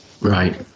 right